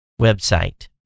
website